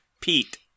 Pete